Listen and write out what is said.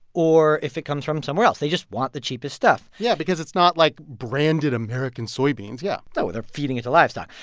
or if it comes from somewhere else. they just want the cheapest stuff yeah, because it's not like branded american soybeans. yeah no, they're feeding it to livestock.